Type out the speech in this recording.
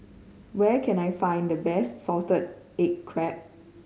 where can I find the best salted egg crab